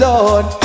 Lord